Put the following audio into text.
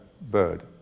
bird